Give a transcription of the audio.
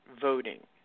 voting